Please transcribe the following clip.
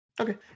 Okay